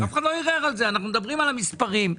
אנחנו מדברים על המספרים.